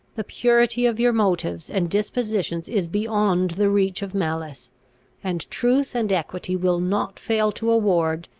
the purity of your motives and dispositions is beyond the reach of malice and truth and equity will not fail to award,